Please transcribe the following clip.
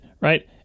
right